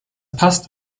passt